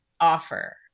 offer